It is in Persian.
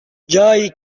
جایی